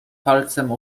palcem